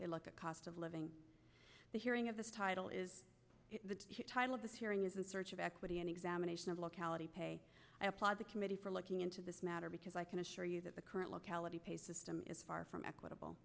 they look at cost of living the hearing of this title is the title of this hearing is in search of equity an examination of locality pay i applaud the committee for looking into this matter because i can assure you current locality pay system is far from equitable